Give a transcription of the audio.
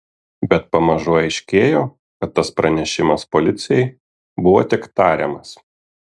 bet pamažu aiškėjo kad tas pranešimas policijai buvo tik tariamas